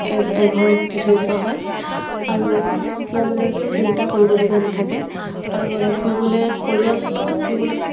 as এঘৰক দি থৈ যোৱা হয় আৰু তেতিয়া মানে চিন্তা কৰিবলগীয়া নাথাকে আৰু আমি ফুৰিবলৈ পৰিয়ালৰ লগত ফুৰিবলৈ